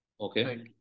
Okay